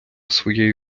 своєю